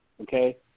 Okay